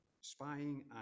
spying